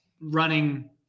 running